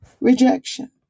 rejection